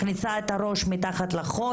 מכניסה את הראש מתחת לחול,